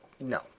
no